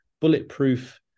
bulletproof